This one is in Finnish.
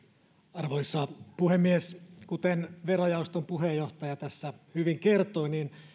arvoisa puhemies kuten verojaoston puheenjohtaja tässä hyvin kertoi niin